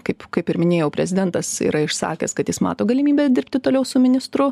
kaip kaip ir minėjau prezidentas yra išsakęs kad jis mato galimybę dirbti toliau su ministru